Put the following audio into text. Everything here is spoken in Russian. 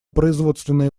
производственные